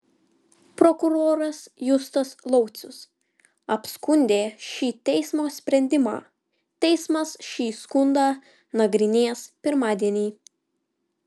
prokuroras justas laucius apskundė šį teismo sprendimą teismas šį skundą nagrinės pirmadienį